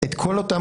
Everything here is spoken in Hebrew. את כל אותן